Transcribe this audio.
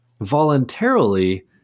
voluntarily